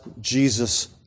Jesus